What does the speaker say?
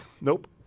Nope